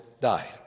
died